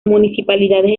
municipalidades